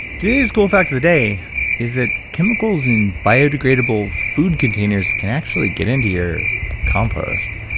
today's cool fact of the day is that chemicals in biodegradable food containers can actually get into your compost.